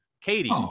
Katie